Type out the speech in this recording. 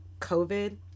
COVID